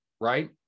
right